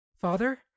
Father